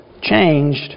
changed